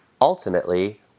ultimately